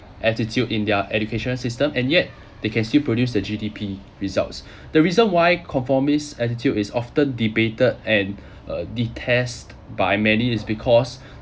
attitude in their education system and yet they can still produce the G_D_P results the reason why conformist attitude is often debated and uh detest by many is because